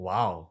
Wow